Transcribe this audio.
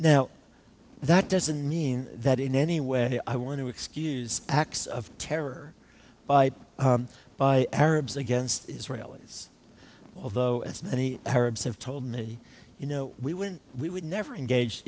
now that doesn't mean that in any way i want to excuse acts of terror by by arabs against israelis although as many arabs have told me you know we wouldn't we would never engage